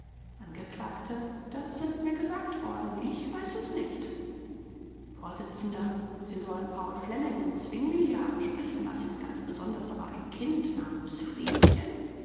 angekl das ist mir gesagt worden ich weiß es nicht vors sie sollen paul flemming und zwingli haben sprechen lassen ganz besonders aber ein kind